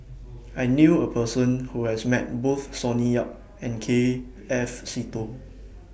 I knew A Person Who has Met Both Sonny Yap and K F Seetoh